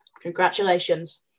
Congratulations